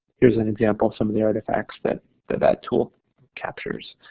here's an example some of the artifacts but that that tool captures,